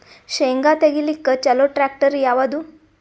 ಶೇಂಗಾ ತೆಗಿಲಿಕ್ಕ ಚಲೋ ಟ್ಯಾಕ್ಟರಿ ಯಾವಾದು?